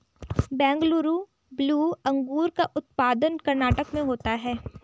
Bengaluru blue अंगूर का उत्पादन कर्नाटक में होता है